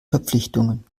verpflichtungen